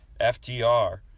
FTR